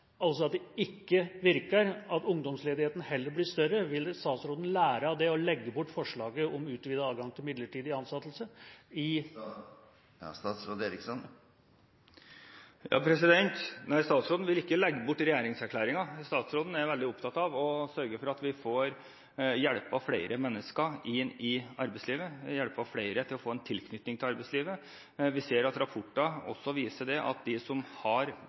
at det ikke virker, at ungdomsledigheten heller blir større? Vil statsråden lære av det og legge bort forslaget om utvidet adgang til midlertidig ansettelse? Nei, statsråden vil ikke legge bort regjeringserklæringen. Statsråden er veldig opptatt av å sørge for at vi får hjulpet flere mennesker inn i arbeidslivet, hjulpet flere til å få en tilknytning til arbeidslivet. SSBs rapport viser – som jeg har sagt fra denne talerstolen flere ganger – at to tredeler av dem som startet med midlertidig ansettelse, som har